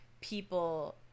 people